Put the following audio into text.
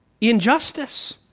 injustice